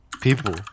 People